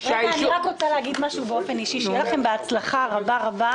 אני רק רוצה להגיד משהו באופן אישי: שיהיה לכם בהצלחה רבה מאוד.